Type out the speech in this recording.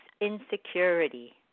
insecurity